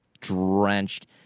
drenched